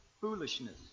foolishness